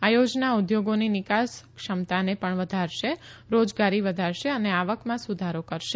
આ યોજના ઉદ્યોગોની નિકાસ ક્ષમતાને પણ વધારશે રોજગારી વધારશે અને આવકમાં સુધારો કરશે